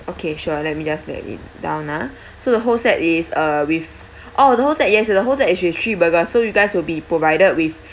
okay sure let me just note it down ah so the whole set is uh with oh the whole set yes the whole set is actually three burger so you guys will be provided with